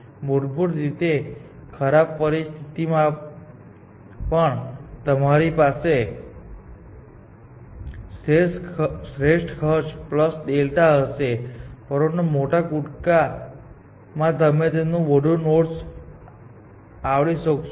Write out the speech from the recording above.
મૂળભૂત રીતે ખરાબ પરિસ્થિતિમાં પણ તમારી પાસે શ્રેષ્ઠ ખર્ચ ડેલ્ટા હશે પરંતુ આ મોટા કૂદકામાં તમે વધુ નોડ્સ આવરી શકશો